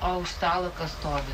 o už stalo kas stovi